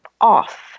off